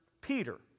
Peter